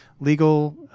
legal